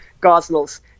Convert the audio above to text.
Gosnell's